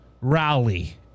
rally